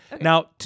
Now